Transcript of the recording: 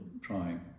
trying